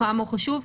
כמה הוא חשוב,